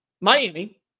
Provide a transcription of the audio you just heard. Miami